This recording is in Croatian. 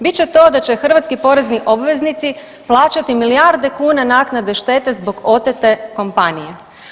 Bit će to da će hrvatski porezni obveznici plaćati milijarde kuna naknade štete zbog otete kompanije.